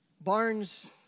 Barnes